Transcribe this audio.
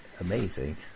amazing